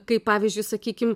kaip pavyzdžiui sakykim